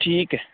ਠੀਕ ਹੈ